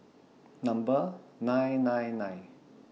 Number nine nine nine